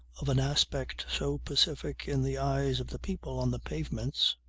of an aspect so pacific in the eyes of the people on the pavements,